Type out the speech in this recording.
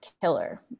killer